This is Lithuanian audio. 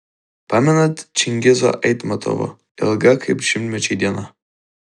pamenat čingizo aitmatovo ilga kaip šimtmečiai diena